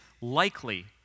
likely